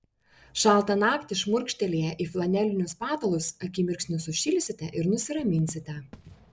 šaltą naktį šmurkštelėję į flanelinius patalus akimirksniu sušilsite ir nusiraminsite